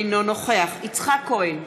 אינו נוכח יצחק כהן,